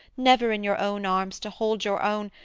never in your own arms to hold your own,